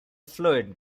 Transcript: fluid